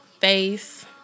face